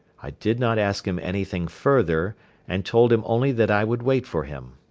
i did not ask him anything further and told him only that i would wait for him.